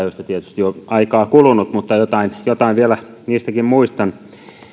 tietysti on aikaa kulunut mutta jotain jotain vielä niistäkin muistan